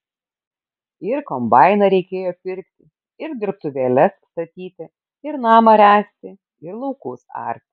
ir kombainą reikėjo pirkti ir dirbtuvėles statyti ir namą ręsti ir laukus arti